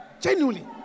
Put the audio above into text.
Genuinely